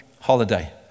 holiday